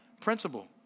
principle